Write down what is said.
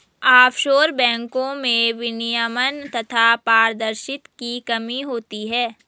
offshore बैंको में विनियमन तथा पारदर्शिता की कमी होती है